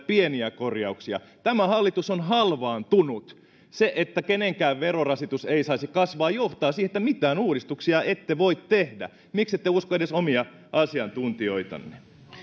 pieniä korjauksia tämä hallitus on halvaantunut se että kenenkään verorasitus ei saisi kasvaa johtaa siihen että mitään uudistuksia ette voi tehdä miksette usko edes omia asiantuntijoitanne